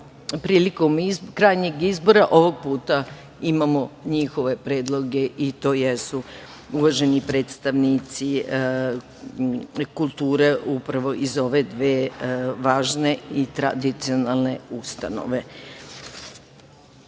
prilikom krajnjeg izbora, ovog puta imamo njihove predloge i to jesu uvaženi predstavnici kulture upravo iz ove dve važne i tradicionalne